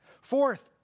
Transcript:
Fourth